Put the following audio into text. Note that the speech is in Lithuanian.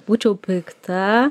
būčiau pikta